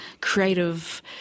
creative